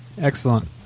Excellent